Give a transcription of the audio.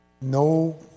No